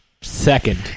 second